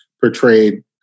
portrayed